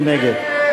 מי נגד?